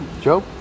Joe